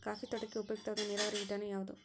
Coffee ತೋಟಕ್ಕೆ ಉಪಯುಕ್ತವಾದ ನೇರಾವರಿ ವಿಧಾನ ಯಾವುದು?